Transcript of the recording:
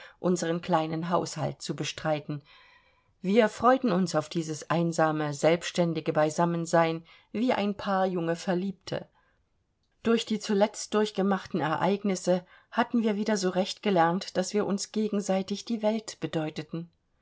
unseren kleinen haushalt zu bestreiten wir freuten uns auf dieses einsame selbstständige beisammensein wie ein paar junge verliebte durch die zuletzt durchgemachten ereignisse hatten wir wieder so recht gelernt daß wir uns gegenseitig die welt bedeuteten